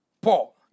Paul